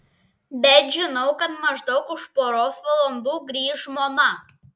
bet žinau kad maždaug už poros valandų grįš žmona